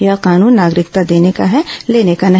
यह कानून नागरिकता देने का है लेने का नहीं